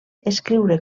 escriure